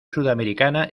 sudamericana